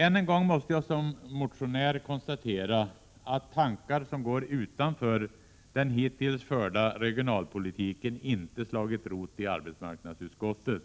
Än en gång måste jag som motionär konstatera att tankar som går utanför den hittills förda regionalpolitiken inte slagit rot i arbetsmarknadsutskottet.